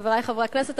חברי חברי הכנסת,